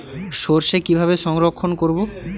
সরষে কিভাবে সংরক্ষণ করব?